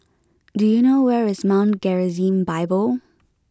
do you know where is Mount Gerizim Bible